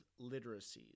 literacies